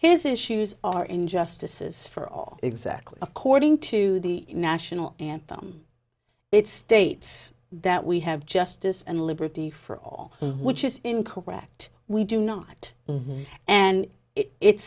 his issues are injustices for all exactly according to the national anthem it states that we have justice and liberty for all which is incorrect we do not and it